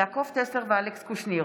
יעקב טסלר ואלכס קושניר